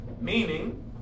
meaning